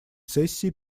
сессии